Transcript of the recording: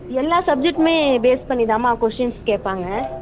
எல்லா சப்ஜக்ட்டுமே பேஸ் பண்ணிதாம்மா கொஷ்டின்ஸ் கேட்பாங்க